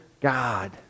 God